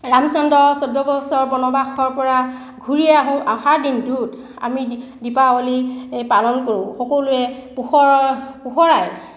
ৰামচন্দ্ৰ চৌধ্য বছৰ বনবাসৰ পৰা ঘূৰি অহাৰ দিনটোত আমি দীপাৱলী পালন কৰোঁ সকলোৱে পোহৰৰ পোহৰাই